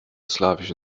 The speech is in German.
slawische